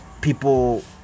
people